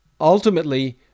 ultimately